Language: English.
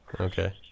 Okay